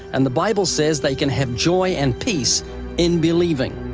and the bible says they can have joy and peace in believing.